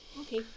Okay